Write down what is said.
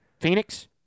Phoenix